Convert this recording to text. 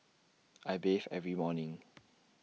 I bathe every morning